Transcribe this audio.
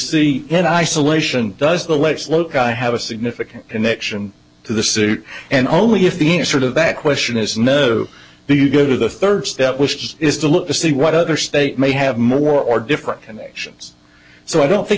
see in isolation does the let's look i have a significant and action to the suit and only if the answer to that question is no do you go to the third step was to look to see what other state may have more or different connections so i don't think